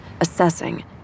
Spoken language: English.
assessing